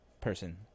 person